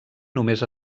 només